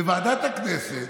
בוועדת הכנסת,